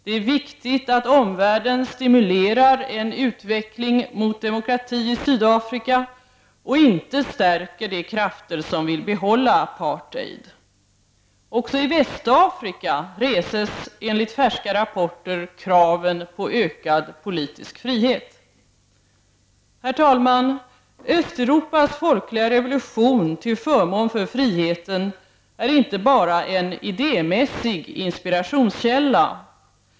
Det är viktigt att omvärlden stimulerar en utveckling mot demokrati i Sydafrika och inte stärker de krafter som vill behålla apartheid. Också i Västafrika reses, enligt färska rapporter, kraven på ökad politisk frihet. Herr talman! Östeuropas folkliga revolution till förmån för friheten är inte bara en idémässig inspirationskälla.